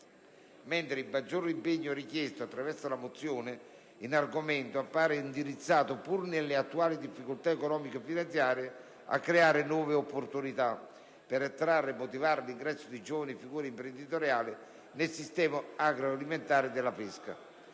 mentre il maggior impegno richiesto attraverso la mozione in argomento appare indirizzato, pur nelle attuali difficoltà economico-finanziarie, a creare nuove opportunità per «attrarre e motivare l'ingresso di giovani figure imprenditoriali» nel settore agroalimentare e della pesca.